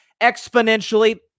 exponentially